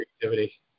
creativity